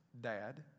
dad